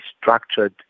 structured